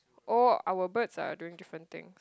oh our birds are doing different thing